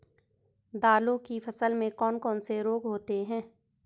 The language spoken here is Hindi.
दालों की फसल में कौन कौन से रोग होते हैं?